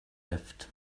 left